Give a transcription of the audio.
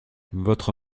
votre